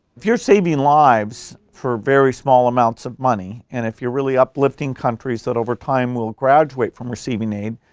if you're saving lives, for very small amounts of money and if you're really uplifting countries that over time will graduate from receiving aid,